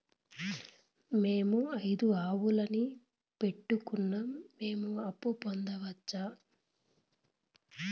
మేము ఐదు ఆవులని పెట్టుకున్నాం, మేము అప్పు పొందొచ్చా